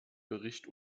bericht